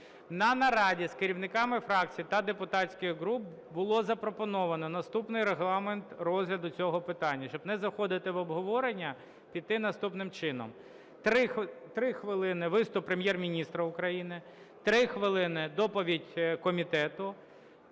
На нараді з керівниками фракцій та депутатських груп було запропоновано наступний регламент розгляду цього питання, щоб не заходити в обговорення, піти наступним чином: 3 хвилини – виступ Прем'єр-міністра України, 3 хвилини – доповідь комітету,